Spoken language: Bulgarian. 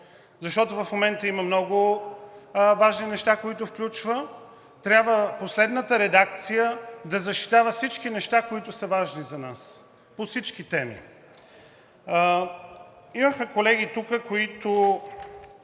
защото в момента има много важни неща, които включва. Последната редакция трябва да защитава всички неща, които са важни за нас – по всички теми. Имахме колеги тук, които